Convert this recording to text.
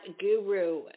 Guru